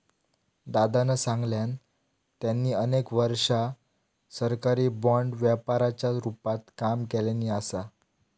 दादानं सांगल्यान, त्यांनी अनेक वर्षा सरकारी बाँड व्यापाराच्या रूपात काम केल्यानी असा